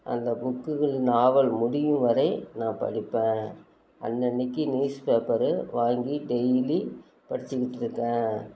அந்த புக்குகள் நாவல் முடியும் வரை நான் படிப்பேன் அன்னன்றைக்கு நியூஸ் பேப்பரு வாங்கி டெய்லி படிச்சுக்கிட்டு இருக்கேன்